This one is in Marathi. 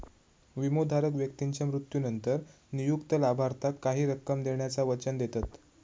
विमोधारक व्यक्तीच्या मृत्यूनंतर नियुक्त लाभार्थाक काही रक्कम देण्याचा वचन देतत